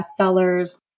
bestsellers